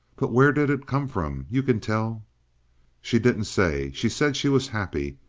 but where did it come from? you can tell she didn't say. she said she was happy.